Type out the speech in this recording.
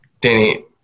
Danny